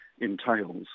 entails